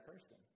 person